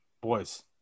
Boys